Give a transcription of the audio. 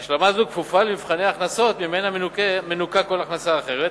השלמה זו כפופה למבחני הכנסות וממנה מנוכה כל הכנסה אחרת,